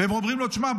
והם אומרים לו: תשמע,